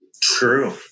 True